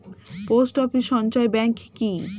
Post office সঞ্চয় bank কি?